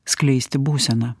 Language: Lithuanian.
skleisti būseną